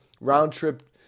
round-trip